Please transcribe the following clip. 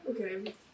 Okay